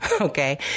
Okay